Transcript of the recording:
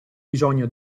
bisogno